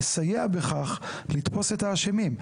לסייע בכך לתפוס את האשמים.